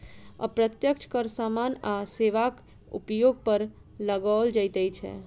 अप्रत्यक्ष कर सामान आ सेवाक उपयोग पर लगाओल जाइत छै